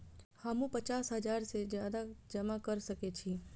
हमू पचास हजार से ज्यादा जमा कर सके छी?